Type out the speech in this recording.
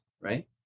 right